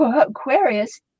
Aquarius